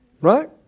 Right